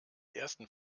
ersten